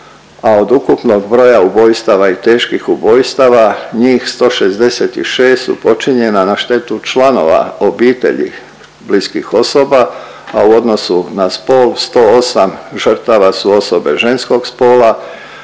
a od ukupnog broja ubojstava i teških ubojstava njih 166 su počinjena na štetu članova obitelji bliskih osoba, a u odnosu na spol 108 žrtava su osobe ženskog spola,